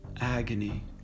agony